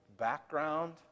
background